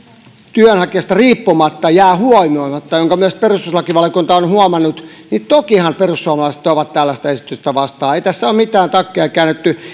työnhakijasta riippumatta jää huomioimatta minkä myös perustuslakivaliokunta on huomannut niin tokihan perussuomalaiset ovat tällaista esitystä vastaan ei tässä ole mitään takkia käännetty